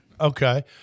Okay